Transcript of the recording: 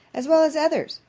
as well as others,